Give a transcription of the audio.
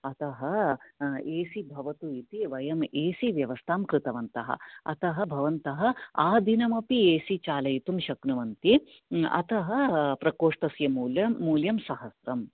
अतः A C भवतु इति वयं एसी व्यवस्थां कृतवन्तः अतः भवन्तः आ दिनम् अपि एसी चालयतुं शक्नुवन्ति अतः प्रकोष्टस्य मूल्यं मुल्यं सहस्रम्